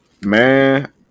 Man